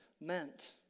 meant